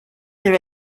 her